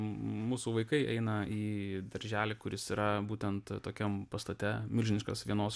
mūsų vaikai eina į darželį kuris yra būtent tokiam pastate milžiniškas vienos